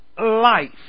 life